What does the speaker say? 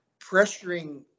pressuring